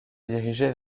dirigeait